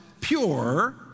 pure